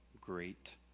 great